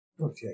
Okay